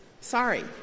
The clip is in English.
Sorry